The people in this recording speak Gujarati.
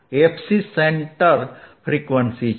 fc સેન્ટર ફ્રીક્વ ન્સી છે